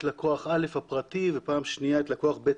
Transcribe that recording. לקוח א' הפרטי ופעם שנייה את לקוח ב',